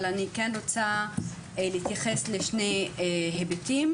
אבל אני כן רוצה להתייחס לשני היבטים,